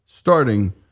Starting